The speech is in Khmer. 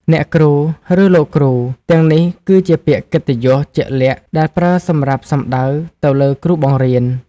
អ្នកគ្រូ ឬ លោកគ្រូ ទាំងនេះគឺជាពាក្យកិត្តិយសជាក់លាក់ដែលប្រើសម្រាប់សំដៅទៅលើគ្រូបង្រៀន។